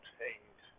change